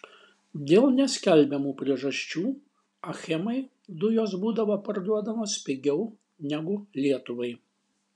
dėl neskelbiamų priežasčių achemai dujos būdavo parduodamos pigiau negu lietuvai